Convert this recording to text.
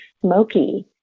smoky